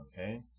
Okay